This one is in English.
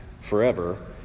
forever